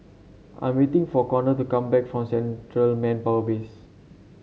I'm waiting for Conor to come back from Central Manpower Base